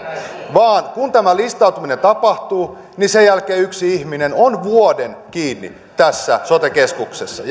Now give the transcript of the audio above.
vaan kun listautuminen tapahtuu niin sen jälkeen yksi ihminen on vuoden kiinni tässä sote keskuksessa